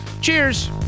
Cheers